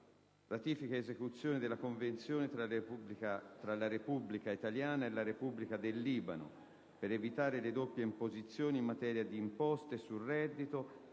***Ratifica ed esecuzione della Convenzione tra la Repubblica italiana e la Repubblica del Libano per evitare le doppie imposizioni in materia di imposte sul reddito e